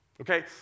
Okay